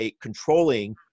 controlling